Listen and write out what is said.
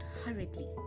hurriedly